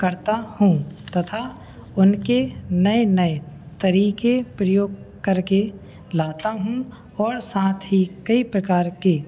करता हूँ तथा उनके नए नए तरीक़े प्रयोग करके लाता हूँ और साथ ही कई प्रकार के